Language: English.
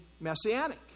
messianic